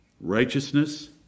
righteousness